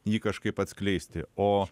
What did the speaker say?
jį kažkaip atskleisti o